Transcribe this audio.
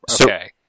okay